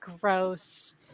gross